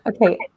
okay